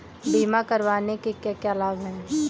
बीमा करवाने के क्या क्या लाभ हैं?